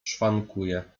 szwankuje